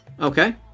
Okay